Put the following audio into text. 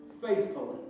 faithfully